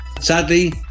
Sadly